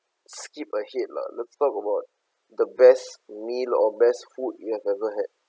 skip ahead lah let's talk about the best meal or best food you have ever had